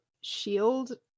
shield